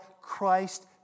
Christ